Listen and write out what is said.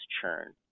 churn